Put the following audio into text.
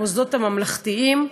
המוסדות הממלכתיים.